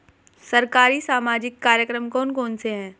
सरकारी सामाजिक कार्यक्रम कौन कौन से हैं?